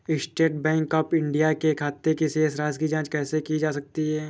State bank of India के खाते की शेष राशि की जॉंच कैसे की जा सकती है?